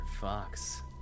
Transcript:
Fox